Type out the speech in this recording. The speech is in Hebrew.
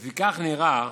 לפיכך, נראה